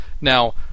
Now